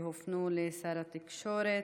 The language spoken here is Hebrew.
שהופנו לשר התקשורת.